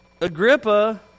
Agrippa